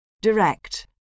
Direct